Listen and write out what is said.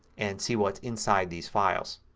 and see what's inside these files.